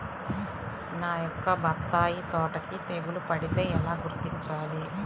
నా యొక్క బత్తాయి తోటకి తెగులు పడితే ఎలా గుర్తించాలి?